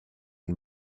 and